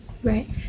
Right